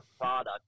product